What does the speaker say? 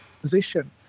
position